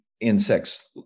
Insects